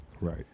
Right